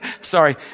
Sorry